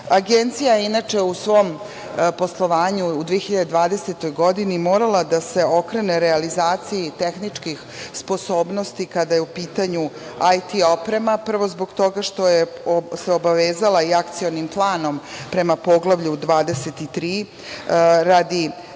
95%.Agencija je, inače, u svom poslovanju u 2020. godini morala da se okrene realizaciji tehničkih sposobnosti kada je u pitanju IT oprema. Prvo zbog toga što se obavezala i Akcionom planom prema Poglavlju 23 radi primene